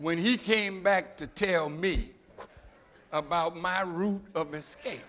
when he came back to tell me about my route of escape